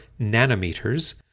nanometers